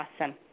Awesome